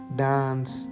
dance